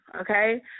okay